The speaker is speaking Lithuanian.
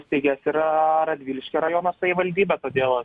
steigėjas yra radviliškio rajono savivaldybė todėl